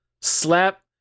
slap